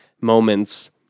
moments